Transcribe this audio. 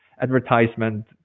advertisement